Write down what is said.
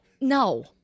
No